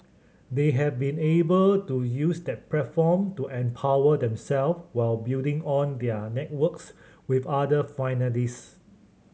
they have been able to use that platform to empower themself while building on their networks with other finalist